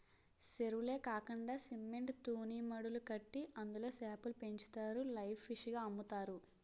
సెరువులే కాకండా సిమెంట్ తూనీమడులు కట్టి అందులో సేపలు పెంచుతారు లైవ్ ఫిష్ గ అమ్ముతారు